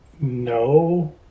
No